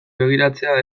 begiratzea